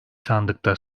sandıkta